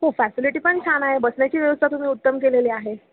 हो फॅसिलिटी पण छान आहे बसण्याची व्यवस्था तुम्ही उत्तम केलेली आहे